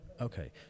Okay